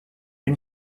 une